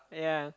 yeah